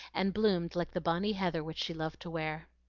and bloomed like the bonnie heather which she loved to wear.